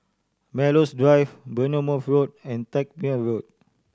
Melrose Drive Bournemouth Road and Tangmere Road